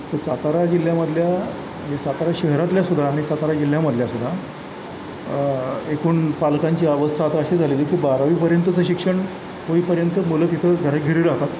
तर सातारा जिल्ह्यामधल्या सातारा शहरातल्या सुद्धा आणि सातारा जिल्ह्यामधल्या सुद्धा एकूण पालकांची अवस्था आता अशी झालेली की बारावीपर्यंतचं शिक्षण होईपर्यंत मुलं तिथं घरे घरी राहतात